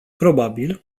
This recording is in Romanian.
probabil